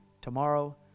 tomorrow